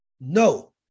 No